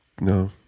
No